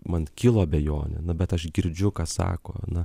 man kilo abejonių na bet aš girdžiu ką sako na